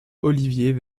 olivier